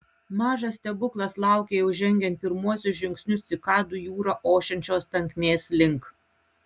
mažas stebuklas laukė jau žengiant pirmuosius žingsnius cikadų jūra ošiančios tankmės link